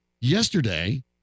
yesterday